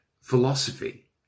philosophy